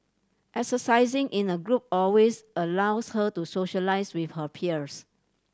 exercising in a group always allows her to socialise with her peers